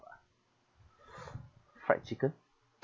ah fried chicken